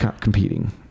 competing